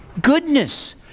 Goodness